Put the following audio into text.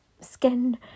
skin